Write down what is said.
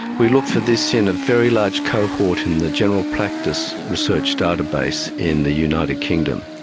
we looked for this in a very large cohort in the general practice research database in the united kingdom.